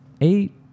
eight